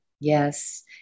Yes